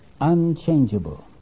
unchangeable